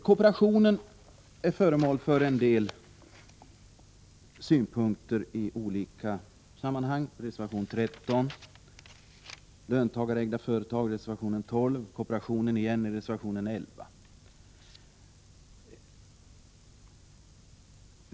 Kooperationen är föremål för en del synpunkter i olika sammanhang: reservation 12 om löntagarägda företag, reservation 11 om kooperationen och reservation 13.